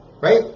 right